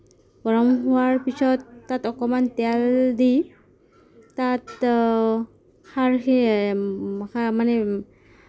গৰম হোৱাৰ পিছত তাত অকমাণ তেল দি তাত খাৰখিনি মানে